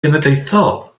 genedlaethol